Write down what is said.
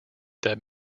that